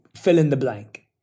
fill-in-the-blank